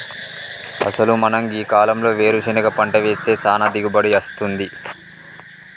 అసలు మనం గీ కాలంలో వేరుసెనగ పంట వేస్తే సానా దిగుబడి అస్తుంది